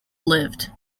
lived